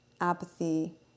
apathy